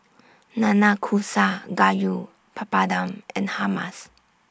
Nanakusa Gayu Papadum and Hummus